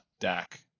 dak